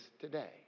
today